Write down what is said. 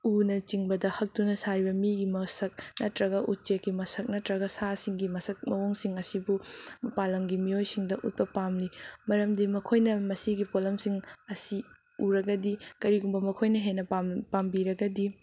ꯎꯅ ꯆꯤꯡꯕꯗ ꯍꯛꯇꯨꯅ ꯁꯥꯔꯤꯕ ꯃꯤꯒꯤ ꯃꯁꯛ ꯅꯠꯇꯔꯒ ꯎꯆꯦꯛꯀꯤ ꯃꯁꯛ ꯅꯠꯇꯔꯒ ꯁꯥꯁꯤꯡꯒꯤ ꯃꯁꯛ ꯃꯑꯣꯡꯁꯤꯡ ꯑꯁꯤꯕꯨ ꯃꯄꯥꯟ ꯂꯝꯒꯤ ꯃꯤꯑꯣꯏꯁꯤꯡꯗ ꯎꯠꯄ ꯄꯥꯝꯂꯤ ꯃꯔꯝꯗꯤ ꯃꯈꯣꯏꯅ ꯃꯁꯤꯒꯤ ꯄꯣꯠꯂꯝꯁꯤꯡ ꯑꯁꯤ ꯎꯔꯒꯗꯤ ꯀꯔꯤꯒꯨꯝꯕ ꯃꯈꯣꯏꯅ ꯍꯦꯟꯅ ꯄꯥꯝꯕꯤꯔꯒꯗꯤ